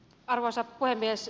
arvoisa puhemies